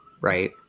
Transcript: Right